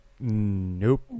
Nope